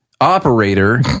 operator